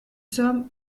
sommes